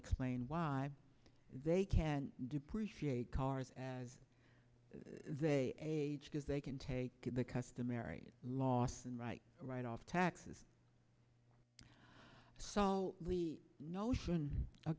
explain why they can't depreciate cars as they age because they can take the customary loss and write right off taxes so we notion o